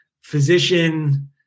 physician